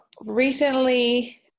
recently